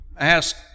ask